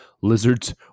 lizards